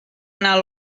anar